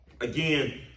Again